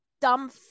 dumb